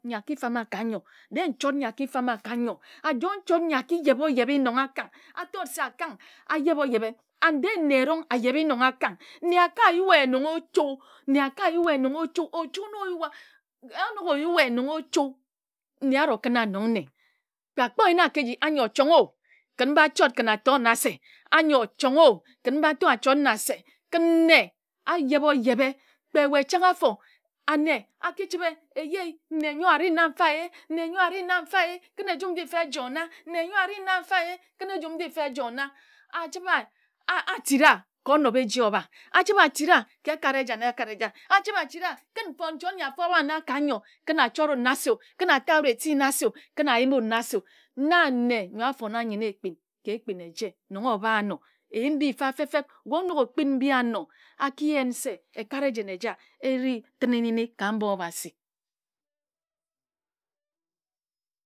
Nyi a ki fam a ka nnyo. Dee nchot nyi a fam wa ka nnayo a joe nchot nyi a ki yebhe o yebhe nong akong. A wut se akang a yebha a yebhe an dee nne erong a yebhe nong akang. Nne a ka yue nong, nne a ka yue nong ochu. ochu na o yua o nok o yue no ochu nne arro kən wa nong nne. Kpe a yen wa ka eji anyo chong o kən mba chot kən a to nna se. Anyo chong o mba to achot nna se. Nne a yebha o yebhe kpe we chang afo ane a ki chəbhe eyei nne nyo ari nna mfa e e nne nnyo a ri nna ee kən ejum nji fa e joe nna. Nne nyo a ri nna nfa ee kən ejum nji fa e joe nna. A chəbhe a tita sa ka onobha eji obha. A chəbhe a tira wa ka ekat ejen eja. A chəbhe a tira a kən nchot nyi a fam ano ka nnyo kən a chot wut nna kən ata wut eti nna kən a yim wut nna se o na nne nyo a fona nnyen ekpin ka ekpin eje nong o bha ano eyim mbi nfa fep feb o nok o kpin mbi ano atki yen se ekat ejen eja e ri tənini ka mba obhasi